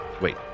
Wait